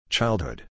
Childhood